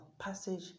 passage